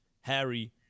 Harry